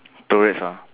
tourists ah